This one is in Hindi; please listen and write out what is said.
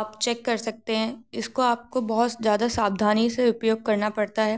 आप चेक कर सकते है इसको आपको बहुत ज़्यादा सावधानी से उपयोग करना पड़ता है